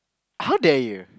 how dare you